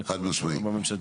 משמעית.